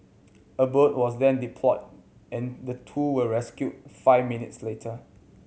a boat was then deployed and the two were rescued five minutes later